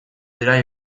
dira